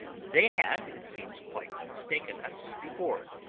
they had, it seems, quite mistaken us before,